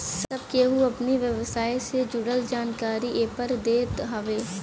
सब केहू अपनी व्यवसाय से जुड़ल जानकारी के एपर देत हवे